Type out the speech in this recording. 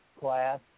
class